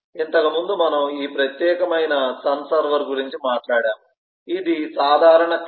ఇంతకుముందు మనం ఈ ప్రత్యేకమైన సన్ సర్వర్ గురించి మాట్లాడాము ఇది సాధారణ క్లాస్